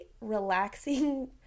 relaxing